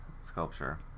sculpture